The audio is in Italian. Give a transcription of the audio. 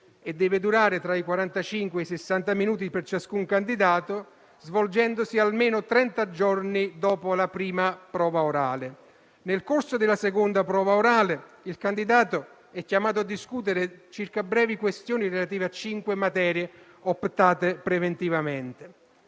e deve durare tra i quarantacinque e i sessanta minuti per ciascun candidato, svolgendosi almeno trenta giorni dopo la prima prova orale. Nel corso della seconda prova orale il candidato è chiamato a discutere circa brevi questioni relative a cinque materie optate preventivamente.